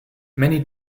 many